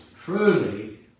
truly